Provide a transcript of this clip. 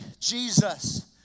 Jesus